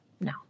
no